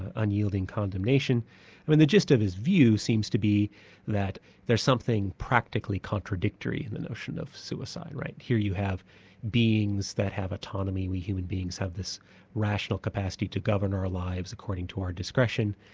unyielding condemnation when the gist of his view seems to be that there's something practically contradictory in the notion of suicide, right. here you have beings that have autonomy, we human beings have this rational capacity to govern our lives according to our discretion,